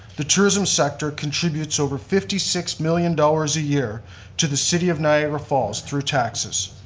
the tourism sector contributes over fifty six million dollars a year to the city of niagara falls through taxes.